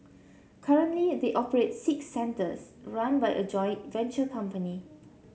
currently they operate six centres run by a joint venture company